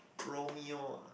Romeo ah